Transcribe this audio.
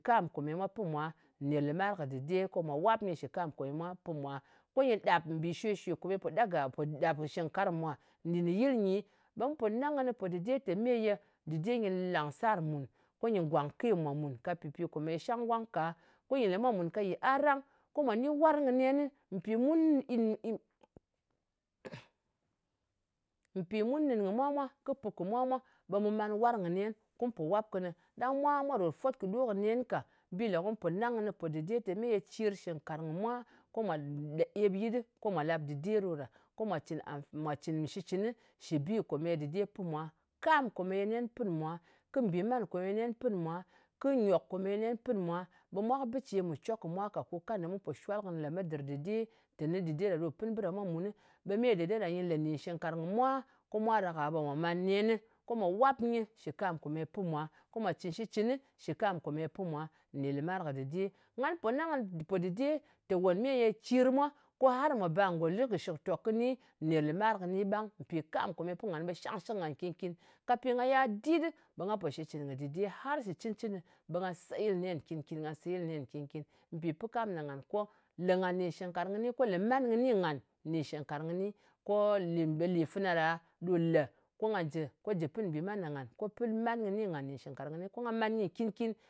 Kam kòmèye mwa pɨ mwa nɗin lɨmar kɨ dɨde. Ko mwà wap nyɨ shɨ kam komeye mwa pi mwa. Ko nyɨ ɗàp mbì shwē-shwè kòmeye po ɗaga, pò ɗap kɨ shɨknkarng mwà nɗìn kɨ yɨl nyi. Ɓe mu po nang kɨnɨ pò dɨde tè me ye dɨde nyɨ làngsar mùn. Ko nyɨ gwàng ke mwà mun ka pɨpi komeye shang wang ka. Ko nyɨ lè mwa mùn ka yɨar rang. Ko mwa ni warng kɨ nenɨ. Mpì mun mun nɨn kɨ mwa mwā, kɨ nɨn kɨ mwa mwā, ɓe mu man warng kɨ nen, ko mu po wap kɨnɨ. Ɗang mwa, mwā ròt fwot kɨ ɗo kɨ nen ka. Bi lē kum pò nang kɨnɨ po dɨde tè meye cir shingkarng kɨ mwa, ko mwa le, ep yit ɗɨ, ko mwà làp dɨde ɗo ɗa, ko mwa cɨn amf cɨn shitcɨnɨ shɨ bi kòmèye dɨde pi mwa. Kam kòmèye nen pɨn mwa, kɨ mbìman kòmeye nen pɨn mwa, kɨ nyòk kòmèye nen pɨn mwa, ɓe mwa kɨ bɨ ce mpì cok kɨ mwa ka, ko kanda mu pò shwal kɨnɨ lemet dɨr dɨde, teni dɨde ɗa ɗo pɨn bɨ ɗa mwa mun, ɓe me dɨde ɗa nyɨ lē nɗin shɨngnkarng kɨ mwa, ko mwa ɗak-a ɓe mwà man nenɨ, ko mwà wap nyɨ shɨ kam komeye nen pɨ mwa. Ko mwa cɨn shitcɨnɨ shɨ kam kòmèye nen pi mwa nɗin lɨmat kɨ dɨde. Ngan pò nang kɨnɨ pò dɨde tè, meye cir mwa, ko har mwa bar ngo lɨ shɨktòk kɨni nɗin lɨmar kɨni ɓang. Mpì kam kòmeye pɨ ngan, ɓe shangshɨk ngàn nkin-kin. Ka pi nga ya dit ɗɨ, ɓe nga pò shitcɨn kɨ dɨde, har shɨ cɨn-cɨnɨ, ɓe nga seyɨl nen nkìn-kin. Nga seyɨl nen nkìn-kin. Mpì pɨ kam ɗa ngan, ko lè ngan nɗin shɨngnkarng kɨni, ko lē man kɨni ngan nɗin shɨngnkarng kɨni. Ko lè fana ɗa, ɗo lē ko nga jɨ ko pɨn mbìman ɗa ngan. Po pɨn man kɨni ngàn nɗin shɨngnkarng kɨni, ko nga man nyɨ nkin-kin.